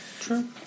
True